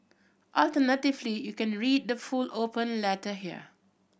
alternatively you can read the full open letter here